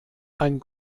ein